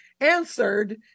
answered